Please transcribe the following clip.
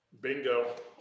Bingo